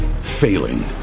failing